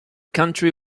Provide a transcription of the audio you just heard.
county